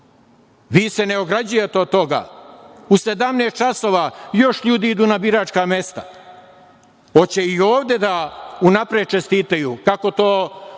Vi se ne ograđujete od toga. U 17.00 časova još ljudi idu na biračka mesta. Hoće i ovde da unapred čestitaju? Kako to